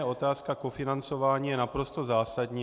Otázka kofinancování je naprosto zásadní.